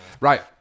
Right